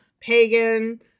pagan